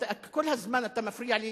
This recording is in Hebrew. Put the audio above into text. אתה כל הזמן מפריע לי,